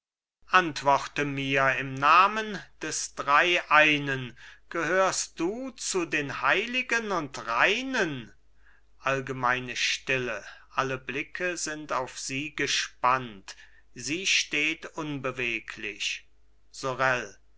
antworte mir im namen des dreieinen gehörst du zu den heiligen und reinen allgemeine stille alle blicke sind auf sie gespannt sie steht unbeweglich sorel